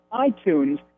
iTunes